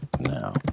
now